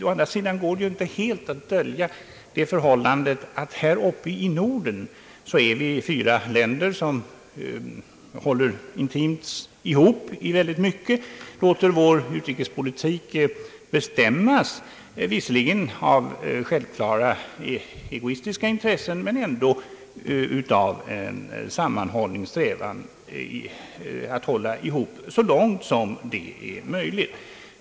Å andra sidan går det inte att helt dölja att vi här uppe i Norden är fyra länder som håller intimt samman i väldigt mycket, låter vår utrikespolitik bestämmas visserligen av självklara egoistiska intressen men dock av en strävan att hålla ihop så långt möjligt.